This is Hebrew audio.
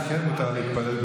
שבו כן מותר להתפלל,